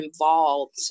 involved